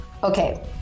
Okay